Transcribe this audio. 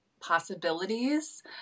possibilities